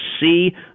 see